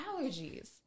allergies